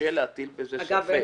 להטיל בזה ספק.